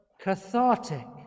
cathartic